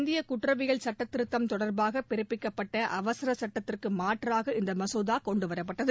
இந்திய குற்றவியல் சுட்டத் திருத்தம் தொடர்பாக பிறப்பிக்கப்பட்ட அவசர சட்டத்தற்கு மாற்றாக இந்த மசோதா கொண்டுவரப்பட்டது